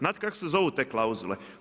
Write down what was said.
Znate kako se zovu te klauzule?